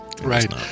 right